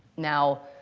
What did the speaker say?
now,